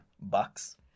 bucks